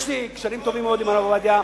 יש לי קשרים טובים מאוד עם הרב עובדיה.